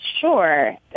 Sure